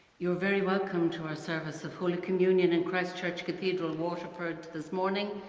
you're very welcome to our service of holy communion in christ church cathedral waterford this morning.